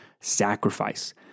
sacrifice